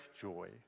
joy